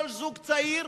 כל זוג צעיר,